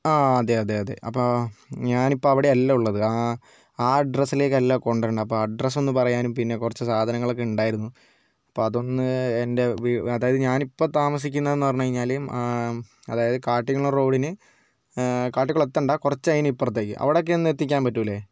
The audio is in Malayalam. ആ അതെ അതെ അതെ അപ്പോൾ ഞാനിപ്പോൾ അവിടെയല്ല ഉള്ളത് ആ അഡ്രസ്സിലേക്ക് അല്ല കൊണ്ടെരേണ്ടത് അഡ്രസ്സ് ഒന്ന് പറയാനും പിന്നെ കുറച്ച് സാധനങ്ങളൊക്കെ ഉണ്ടായിരുന്നു അപ്പോൾ അതൊന്ന് എൻ്റെ വീട് അതായത് ഞാൻ ഇപ്പോൾ താമസിക്കുന്ന എന്ന് പറഞ്ഞു കഴിഞ്ഞാൽ അതായത് കാട്ടിങ്ങൽ റോഡിന് കാട്ടിക്കുളം എത്തേണ്ട കുറച്ച് അതിന് ഇപ്പുറത്തേക്ക് അവിടേക്ക് ഒന്ന് എത്തിക്കാൻ പറ്റൂലെ